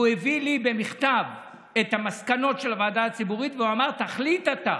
הוא הביא לי במכתב את המסקנות של הוועדה הציבורית והוא אמר: תחליט אתה.